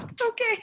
okay